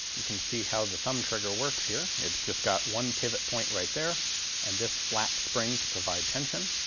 you can see how the thumb trigger works here. it's just got one pivot point right there and this flat spring to provide tension.